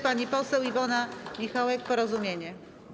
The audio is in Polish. Pani poseł Iwona Michałek, Porozumienie.